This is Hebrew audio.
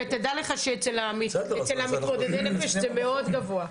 נכון, ותדע לך שאצל מתמודדי הנפש זה מאוד גבוה.